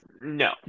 no